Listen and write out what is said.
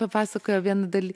papasakojo vieną daly